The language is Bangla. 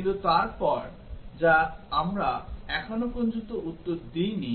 কিন্তু তারপর যা আমরা এখন পর্যন্ত উত্তর দেইনি